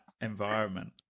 environment